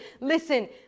Listen